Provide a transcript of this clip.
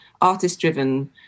artist-driven